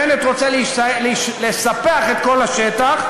בנט רוצה לספח את כל השטח,